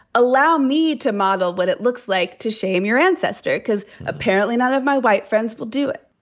allow me to model what it looks like to shame your ancestor cause apparently none of my white friends will do it.